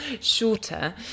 shorter